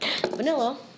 vanilla